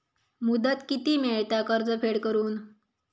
मुदत किती मेळता कर्ज फेड करून?